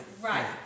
right